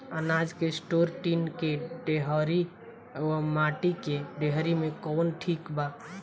अनाज के store tin के डेहरी व माटी के डेहरी मे कवन ठीक बा?